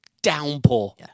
Downpour